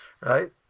right